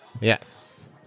Yes